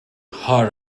heart